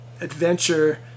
adventure